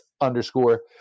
underscore